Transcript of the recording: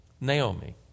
Naomi